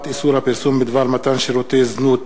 איסור הפרסום בדבר מתן שירותי זנות